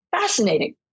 Fascinating